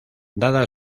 dada